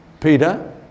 Peter